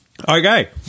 Okay